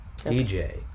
dj